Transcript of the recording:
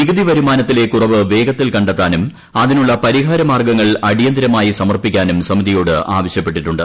നികുതി വരുമാനത്തിലെ കുറവ് വേഗത്തിൽ കണ്ടെത്താനും അതിനുള്ള പരിഹാരമാർഗ്ഗങ്ങൾ അടിയന്തരമായി സമർപ്പിക്കാനും സമിതിയോട് ആവശ്യപ്പെട്ടിട്ടുണ്ട്